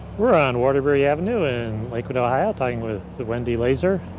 we're on waterbury avenue in lakewood, ohio, talking with wendy lazor.